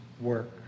work